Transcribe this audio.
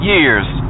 Years